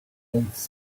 holds